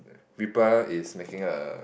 reaper is making a